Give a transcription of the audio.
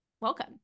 welcome